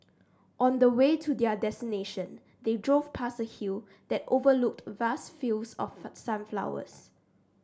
on the way to their destination they drove past a hill that overlooked vast fields of sunflowers